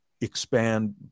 expand